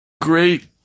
Great